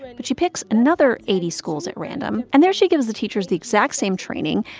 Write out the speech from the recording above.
and but she picks another eighty schools at random. and there, she gives the teachers the exact same training,